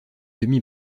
demi